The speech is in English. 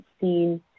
seen